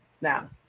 now